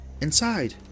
Inside